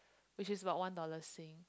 which is about one dollar sing